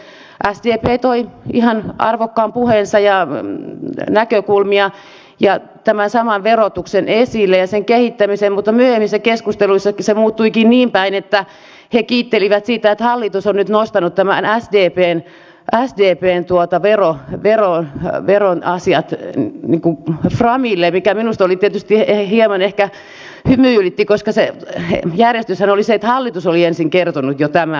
sitten sdp toi ihan arvokkaan puheensa ja näkökulmia ja tämän saman verotuksen esille ja sen kehittämisen mutta myöhemmin se keskusteluissa muuttuikin niinpäin että he kiittelivät siitä että hallitus on nyt nostanut emännän siipen aistin vien tuota vero hyviä on nämä sdpn veroasiat framille mikä minua tietysti hieman ehkä hymyilytti koska se järjestyshän oli se että hallitus oli ensin kertonut jo tämän